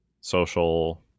social